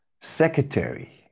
secretary